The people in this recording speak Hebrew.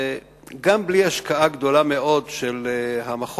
וגם בלי השקעה גדולה מאוד של המכון,